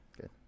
Good